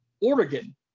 Oregon